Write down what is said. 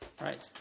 right